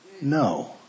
No